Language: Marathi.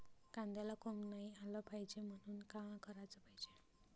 कांद्याला कोंब नाई आलं पायजे म्हनून का कराच पायजे?